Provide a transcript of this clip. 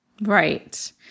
Right